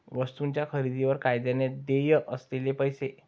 वस्तूंच्या खरेदीवर कायद्याने देय असलेले पैसे